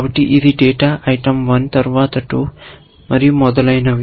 కాబట్టి ఇది data item 1 తరువాత 2 మొదలైనవి